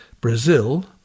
Brazil